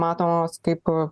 matomos kaip